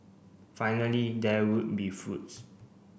finally there would be fruits